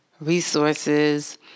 resources